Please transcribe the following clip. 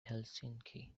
helsinki